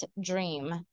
dream